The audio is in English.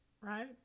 right